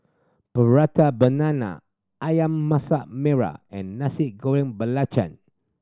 Prata Banana Ayam Masak Merah and Nasi Goreng Belacan